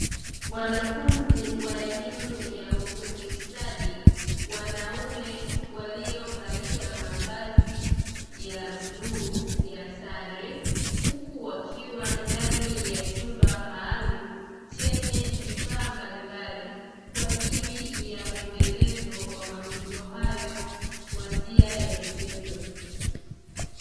Wanafunzi wa elimu ya ufundi stadi wanaume waliovalia mavazi ya bluu ya sare, huku wakiwa ndani ya chumba maalumu chenye vifaa mbalimbali kwa ajili ya muendelezo wa mafunzo hayo kwa njia ya vitendo.